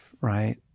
right